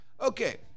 Okay